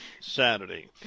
saturday